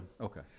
Okay